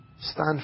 Stand